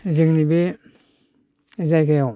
जोंनि बे जायगायाव